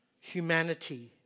humanity